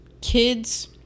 kids